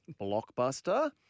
Blockbuster